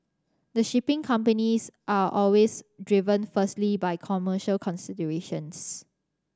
the shipping companies are always driven firstly by commercial considerations